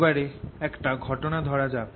এবারে একটা ঘটনা ধরা যাক